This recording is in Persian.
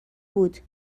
بود